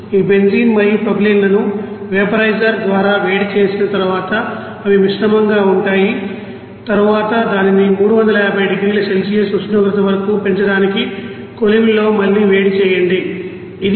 ఈ బెంజీన్ మరియు ప్రొపైలీన్ లను వేపరైజర్ ద్వారా వేడి చేసిన తరువాత అవి మిశ్రమంగా ఉంటాయి తరువాత దానిని 350 డిగ్రీల సెల్సియస్ ఉష్ణోగ్రత వరకు పెంచడానికి కొలిమిలో మళ్లీ వేడి చేయండి ఇది